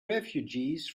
refugees